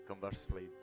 Conversely